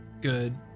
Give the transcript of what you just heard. good